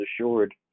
assured